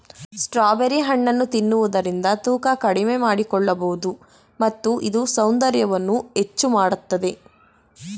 strawberry ಹಣ್ಣನ್ನು ತಿನ್ನುವುದರಿಂದ ತೂಕ ಕಡಿಮೆ ಮಾಡಿಕೊಳ್ಳಬೋದು ಮತ್ತು ಇದು ಸೌಂದರ್ಯವನ್ನು ಹೆಚ್ಚು ಮಾಡತ್ತದೆ